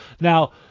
Now